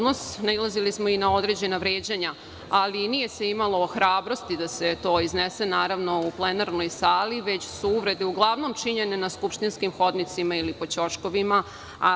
Nailazili smo i na određena vređanja, ali nije se imalo hrabrosti da se to iznese u plenarnoj sali, već su uvrede uglavnom činjene na skupštinskim hodnicima ili po ćoškovima.